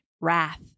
wrath